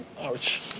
Ouch